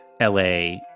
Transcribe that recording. LA